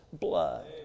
blood